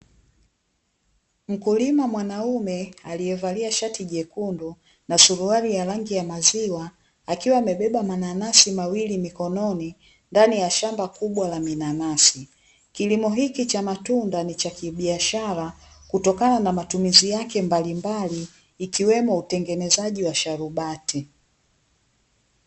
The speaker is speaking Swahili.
Mkulima mwanaume aliyevalia shati jekundu na suruali ya rangi ya maziwa, akiwa amebeba mananasi mawili mikononi ndani ya shamba kubwa la minanasi. Kilimo hiki cha matunda ni cha kibiashara, kutokana na matumizi yake mbalimbali ikiwemo utengenezaji wa sharubati.